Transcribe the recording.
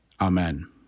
Amen